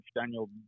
Daniel